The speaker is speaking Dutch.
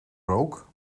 rook